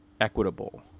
equitable